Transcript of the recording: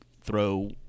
throw